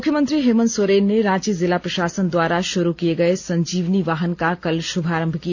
मुख्यमंत्री हेमन्त सोरेन ने रांची जिला प्रशासन द्वारा शुरू किए गए संजीवनी वाहन का कल शुभारंभ किया